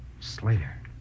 Slater